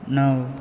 णव